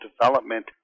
development